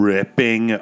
Ripping